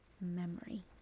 memory